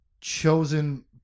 chosen